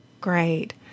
Great